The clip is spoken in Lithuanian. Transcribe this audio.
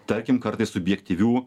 tarkim kartais subjektyvių